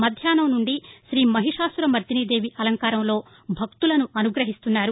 మధ్యాహ్నం నుండి తీ మహిషాసురమర్దినీ దేవి అలంకారంలో భక్తులను అనుగ్రహిస్తున్నారు